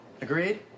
Agreed